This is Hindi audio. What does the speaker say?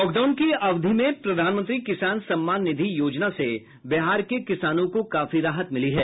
लॉकडाउन की अवधि में प्रधानमंत्री किसान सम्मान निधि योजना से बिहार के किसानों को काफी राहत मिली है